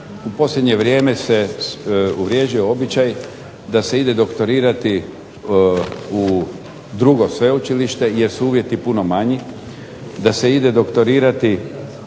u posljednje vrijeme se uvriježio običaj da se ide doktorirati u drugo sveučilište jer su uvjeti puno manji,